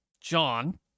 John